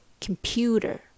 computer